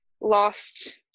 lost